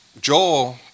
Joel